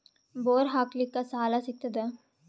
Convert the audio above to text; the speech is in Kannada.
ಬೋರ್ ಹಾಕಲಿಕ್ಕ ಸಾಲ ಸಿಗತದ?